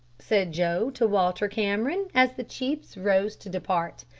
said joe to walter cameron, as the chiefs rose to depart.